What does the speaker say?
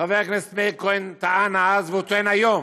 חבר הכנסת מאיר כהן טען אז, וטוען היום,